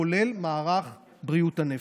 כולל במערך בריאות הנפש.